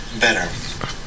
Better